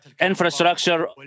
infrastructure